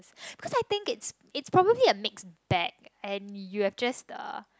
cause I think it's it's probably a mix bet and you've just uh